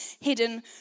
hidden